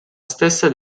stessa